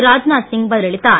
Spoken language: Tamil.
ராஜ்நாத் சிங் பதிலளித்தார்